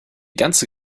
ganze